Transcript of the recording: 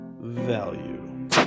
value